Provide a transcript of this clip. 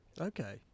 Okay